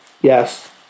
Yes